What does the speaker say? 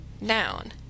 Noun